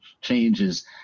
changes